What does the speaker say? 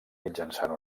mitjançant